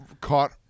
caught